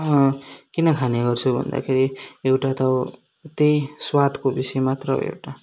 किन खाने गर्छु भन्दाखेरि एउटा त त्यही स्वादको विषय मात्र हो एउटा